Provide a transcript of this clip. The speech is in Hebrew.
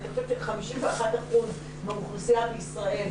אני חושבת ש-51% מהאוכלוסייה בישראל,